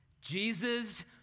Jesus